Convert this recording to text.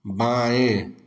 बाएँ